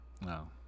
No